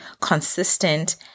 consistent